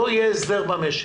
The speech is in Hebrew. לא יהיה הסדר במשק.